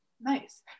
Nice